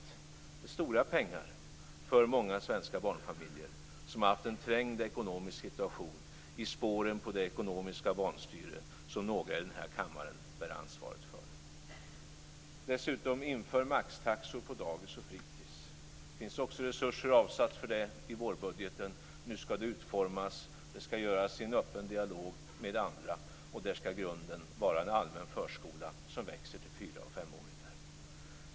Det är stora pengar för många svenska barnfamiljer som har haft en trängd ekonomisk situation i spåren av det ekonomiska vanstyre som några i den här kammaren bär ansvaret för. Den sjätte punkten: Inför maxtaxor på dagis och fritis! - Det finns resurser avsatta också för detta i vårbudgeten. Nu skall det utformas. Det skall göras i en öppen dialog med andra, och grunden skall vara en allmän förskola som växer till att omfatta fyra och femåringar.